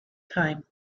time